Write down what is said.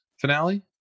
finale